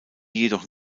jedoch